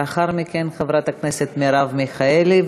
לאחר מכן, חברת הכנסת מרב מיכאלי.